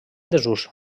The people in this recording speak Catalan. desús